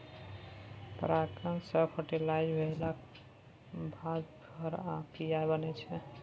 परागण सँ फर्टिलाइज भेलाक बाद फर आ बीया बनै छै